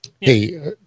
hey